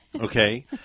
Okay